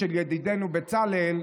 של ידידנו בצלאל,